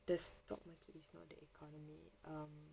the stock market is not the economy um